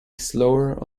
slower